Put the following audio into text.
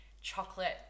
chocolate